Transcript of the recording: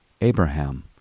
Abraham